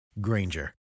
Granger